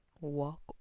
walk